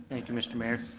thank you, mr. mayor.